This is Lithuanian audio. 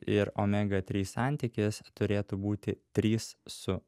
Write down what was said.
ir omega trys santykis turėtų būti trys su